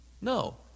No